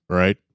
right